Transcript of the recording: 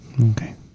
okay